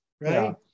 right